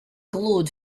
glowed